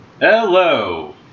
Hello